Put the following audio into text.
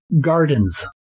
gardens